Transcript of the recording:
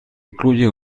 incluye